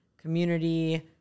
community